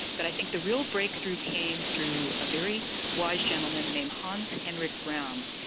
but i think the real breakthrough came through a very wise gentleman named hans henrik ramm,